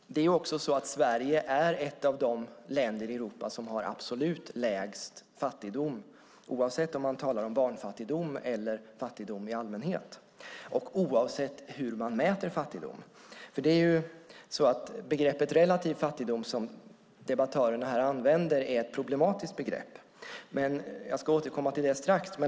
Det är också så att Sverige är ett av de länder i Europa som har absolut lägst fattigdom, oavsett om man talar om barnfattigdom eller fattigdom i allmänhet - och oavsett hur man mäter fattigdom. Begreppet "relativ fattigdom", som debattörerna här använder, är nämligen ett problematiskt begrepp. Jag ska återkomma till det strax.